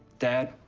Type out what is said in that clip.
dad.